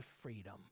freedom